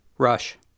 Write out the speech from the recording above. Rush